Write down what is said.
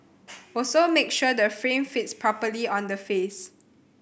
also make sure the frame fits properly on the face